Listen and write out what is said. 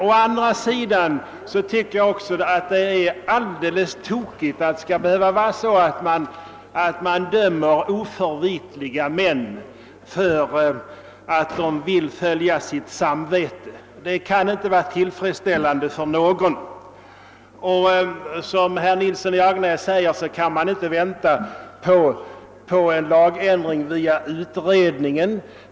Å andra sidan tycker jag att det är iokigt att man skall behöva döma oförvitliga människor för att de vill följa sitt samvete. Det kan inte vara tillfredsställande för någon. Som herr Nilsson i Agnäs säger kan vi inte invänta en lagändring via utredningen.